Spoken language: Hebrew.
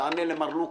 תענה למר לוקמן,